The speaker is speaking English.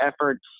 efforts